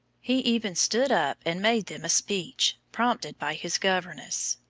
he even stood up and made them a speech, prompted by his governess.